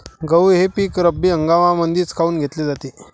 गहू हे पिक रब्बी हंगामामंदीच काऊन घेतले जाते?